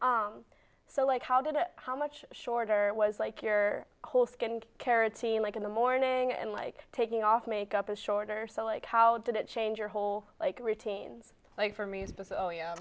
like how did it how much shorter it was like your whole skin carotene like in the morning and like taking off makeup is shorter so like how did it change your whole like routines like for